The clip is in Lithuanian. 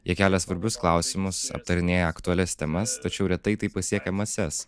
jie kelia svarbius klausimus aptarinėja aktualias temas tačiau retai tai pasiekia mases